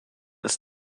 ist